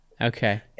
okay